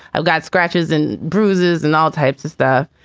i've got scratches and bruises and all types of stuff.